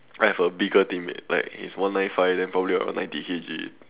I have a bigger teammate like he's one nine five then probably about ninety K_G